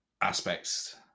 aspects